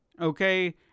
Okay